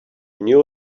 knew